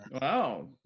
Wow